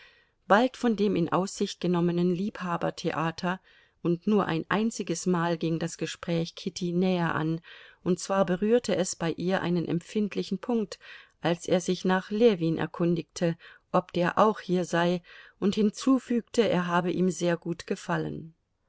bald von dem in aussicht genommenen liebhabertheater und nur ein einziges mal ging das gespräch kitty näher an und zwar berührte es bei ihr einen empfindlichen punkt als er sich nach ljewin erkundigte ob der auch hier sei und hinzufügte er habe ihm sehr gut gefallen